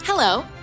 Hello